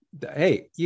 Hey